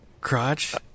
crotch